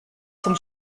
zum